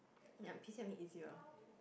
yap P C M E easier